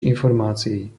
informácií